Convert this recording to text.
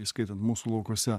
įskaitant mūsų laukuose